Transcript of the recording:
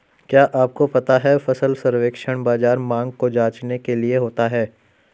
क्या आपको पता है फसल सर्वेक्षण बाज़ार मांग को जांचने के लिए होता है?